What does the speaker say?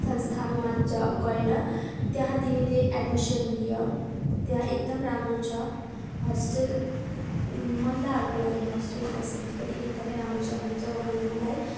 संस्थानमा जा गएर त्यहाँ तिमीले एडमिसन लेउ त्यहाँ एकदम राम्रो छ होस्टेल महिलाहरूको लागि होस्टेल फेसिलिटी पनि एकदमै राम्रो छ भनेर चाहिँ उहाँले मलाई